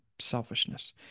selfishness